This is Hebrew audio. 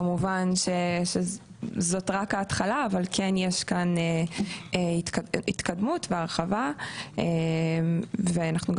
כמובן שזאת רק ההתחלה אבל כן יש כאן התקדמות והרחבה ואנחנו גם